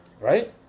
right